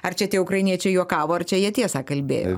ar čia tie ukrainiečiai juokavo ar čia jie tiesą kalbėjo